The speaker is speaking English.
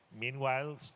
Meanwhile